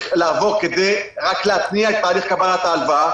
לעבור כדי רק להתניע את תהליך קבלת ההלוואה.